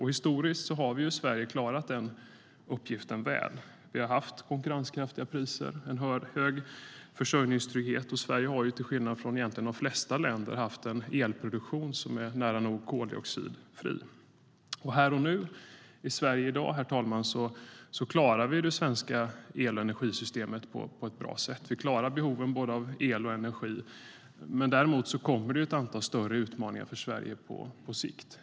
Historiskt har vi i Sverige klarat den uppgiften väl. Vi har haft konkurrenskraftiga priser och en hög försörjningstrygghet. Sverige har till skillnad från egentligen de flesta länder haft en elproduktion som är nära nog koldioxidfri. Herr talman! Här och nu i Sverige i dag klarar vi det svenska el och energisystemet på ett bra sätt. Vi klarar behovet av både el och energi. Däremot kommer det ett antal större utmaningar för Sverige på sikt.